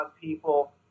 people